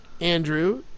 Andrew